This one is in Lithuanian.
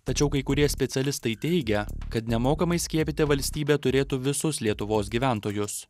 tačiau kai kurie specialistai teigia kad nemokamai skiepyti valstybė turėtų visus lietuvos gyventojus